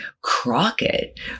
Crockett